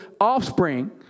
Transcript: offspring